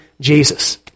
Jesus